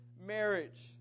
marriage